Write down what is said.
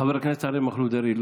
חבר הכנסת אריה מכלוף דרעי,